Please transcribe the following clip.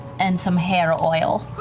and some hair oil.